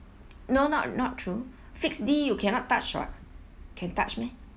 no not not true fixed D you cannot touch [what] can touch meh